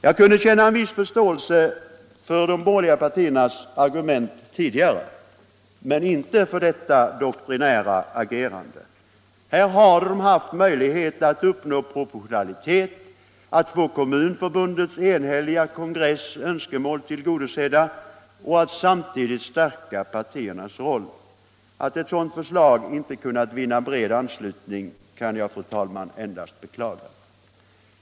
Jag kunde känna en viss förståelse för de borgerliga partiernas argument tidigare men inte för detta doktrinära agerande. Här har de haft möjlighet att uppnå proportionalitet, att få de enhälliga önskemålen från Kommunförbundets kongress tillgodosedda och att samtidigt stärka partiernas roll. Att ett sådant förslag inte kunnat vinna bred anslutning kan jag, herr talman, endast beklaga.